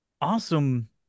awesome